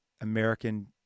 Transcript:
American